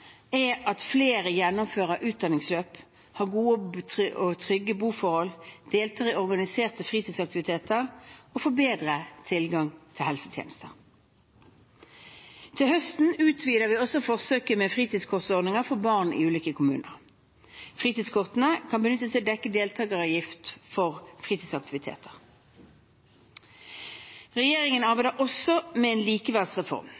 er at flere skal gjennomføre utdanningsløp, ha gode og trygge boforhold, delta i organiserte fritidsaktiviteter og få bedre tilgang til helsetjenester. Til høsten utvider vi også forsøket med fritidskortordninger for barn i ulike kommuner. Fritidskortene kan benyttes til å dekke deltageravgiften for fritidsaktiviteter. Regjeringen arbeider også med en likeverdsreform.